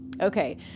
Okay